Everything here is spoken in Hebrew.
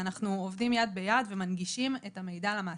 אנחנו עובדים יד ביד ומנגישים את המידע למעסיקים.